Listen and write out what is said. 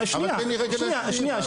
לבנות.